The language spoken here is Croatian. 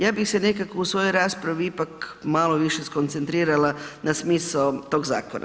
Ja bih se nekako u svojoj raspravi ipak malo više skoncentrirala na smisao tog zakona.